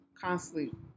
constantly